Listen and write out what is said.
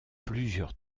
plusieurs